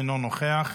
אינו נוכח,